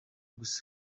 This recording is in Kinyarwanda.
gusa